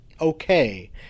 okay